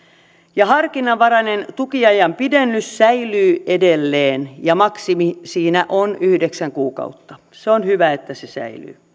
ja harkinnanvarainen tukiajan pidennys säilyy edelleen ja maksimi siinä on yhdeksän kuukautta se on hyvä että se se säilyy